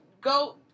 go